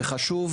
זה חשוב,